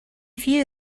few